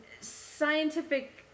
scientific